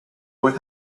what